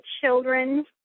children